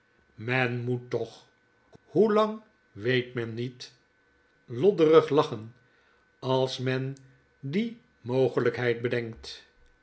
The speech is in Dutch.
men moet toch hoe lang weet men niet lodderig lachen als men die mogelpheid bedenkt